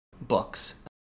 books